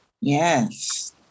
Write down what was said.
Yes